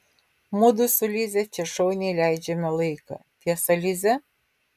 mudu su lize čia šauniai leidžiame laiką tiesa lize